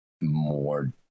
more